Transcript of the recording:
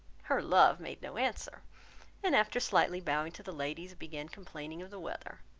her love made no answer and after slightly bowing to the ladies, began complaining of the weather.